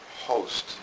host